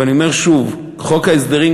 ואני אומר שוב חוק ההסדרים,